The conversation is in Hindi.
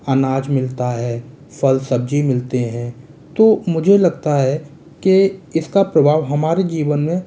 अनाज मिलता है फ़ल सब्ज़ी मिलती है तो मुझे लगता है कि इसका प्रभाव हमारे जीवन में